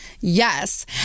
Yes